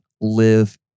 live